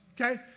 okay